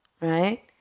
right